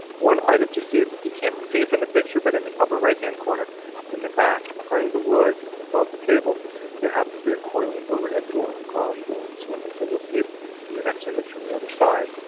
one item to see it's you can't see from the picture, but in the upper right hand corner in the back, behind the wood and above the tables there happens to be a coiling, overhead door, garage door of sorts, so you'll see it in the next image from the other side.